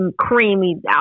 creamy